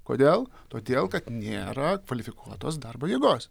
kodėl todėl kad nėra kvalifikuotos darbo jėgos